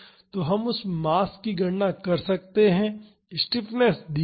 तो हम उस मास की गणना कर सकते हैं स्टिफनेस दी गई है